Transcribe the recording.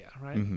right